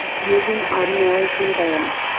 using ordinary conveyance.